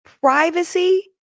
privacy